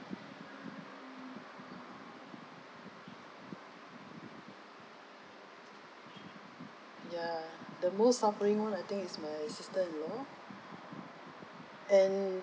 ya the most suffering one I think it's my sister-in-law and